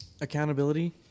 Accountability